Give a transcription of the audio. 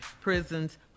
prisons